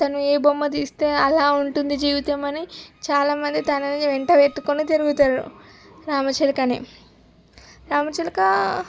తను ఏ బొమ్మ తీస్తే అలా ఉంటుంది జీవితం అని చాలా మంది తనని వెంటబెట్టుకొని తిరుగుతారు రామచిలుకని రామచిలుకా